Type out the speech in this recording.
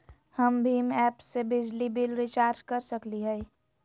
हम भीम ऐप से बिजली बिल रिचार्ज कर सकली हई?